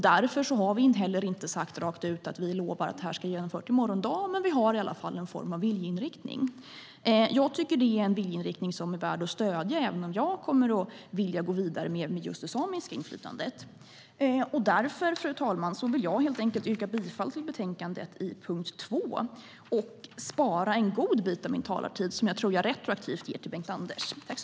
Därför har vi inte heller sagt rakt ut att vi lovar att det här ska vara genomfört i morgon dag, men vi har i alla fall en form av viljeinriktning. Jag tycker att det är en viljeinriktning som är värd att stödja, även om jag kommer att vilja gå vidare med just det samiska inflytandet. Därför, fru talman, vill jag helt enkelt yrka bifall till förslaget i betänkandet under punkt 2 och spara en god bit av min talartid som jag tror att jag retroaktivt ger till Bengt-Anders.